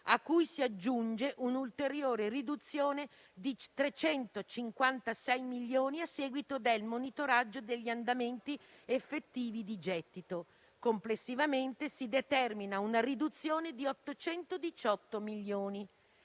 a cui si aggiunge un'ulteriore riduzione di 356 milioni a seguito del monitoraggio degli andamenti effettivi di gettito. Complessivamente si determina una riduzione di 818 milioni.